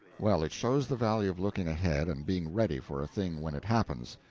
well, it shows the value of looking ahead, and being ready for a thing when it happens.